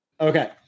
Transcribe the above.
okay